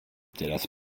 deras